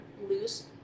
loose